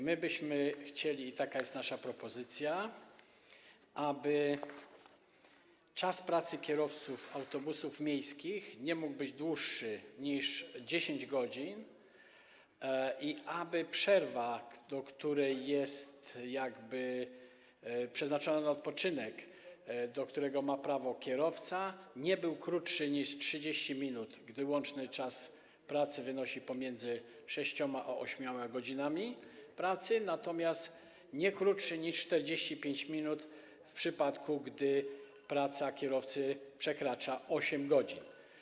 My byśmy chcieli i taka jest nasza propozycja, aby czas pracy kierowców autobusów miejskich nie mógł być dłuższy niż 10 godzin i aby przerwa, która jest przeznaczona na odpoczynek, do którego ma prawo kierowca, nie była krótsza niż 30 minut, gdy łączny czas pracy wynosi pomiędzy sześcioma a ośmioma godzinami pracy, natomiast nie krótszy niż 45 minut w przypadku, gdy praca kierowcy przekracza 8 godzin.